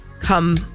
Come